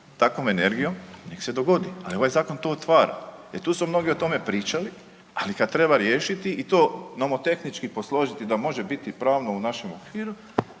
takvom energijom nek se dogodi, ali ovaj zakon to otvara jer tu su mnogi o tome pričali, ali kad treba riješiti i to nomotehnički posložiti da može biti pravno u našem okviru